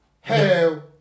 Hell